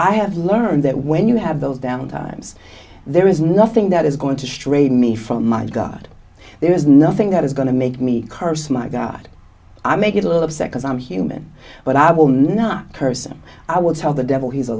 i have learned that when you have those down times there is nothing that is going to straighten me from my god there is nothing that is going to make me curse my god i make it a little upset because i'm human but i will not person i will tell the devil he's a